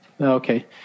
Okay